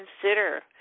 consider